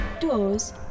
Doors